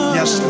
Yes